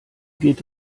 geht